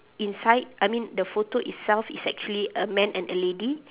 inside I mean the photo itself is actually a man and a lady